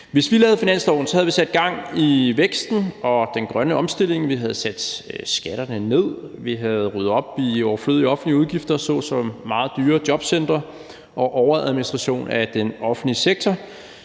Hvis vi lavede finansloven, havde vi sat gang i væksten og den grønne omstilling. Vi havde sat skatterne ned, vi havde ryddet op i overflødige offentlige udgifter såsom meget dyre jobcentre og overadministration af den offentlige sektor.